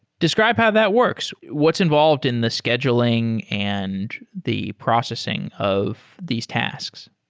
describe how that works. what's involved in the scheduling and the processing of these tasks?